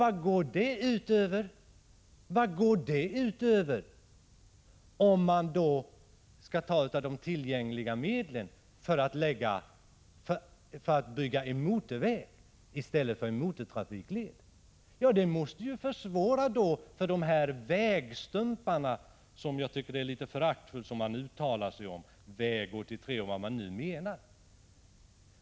Vad går det ut över, om vägverket skall ta av de tillgängliga medlen för att bygga en motorväg i stället för en motortrafikled? Det måste naturligtvis försvåra läget för de ”vägstumpar” som utskottets talesmän här uttalar sig litet föraktfullt om, väg 83 och vilka andra vägar det nu är som man menar.